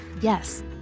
Yes